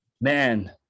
Man